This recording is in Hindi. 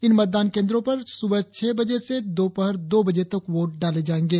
इन मतदान केंद्रो पर सुबह छह बजे से दोपहर दो बजे तक वोट डाले जायेंगे